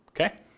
Okay